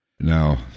Now